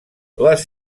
les